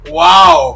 Wow